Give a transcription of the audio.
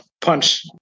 punch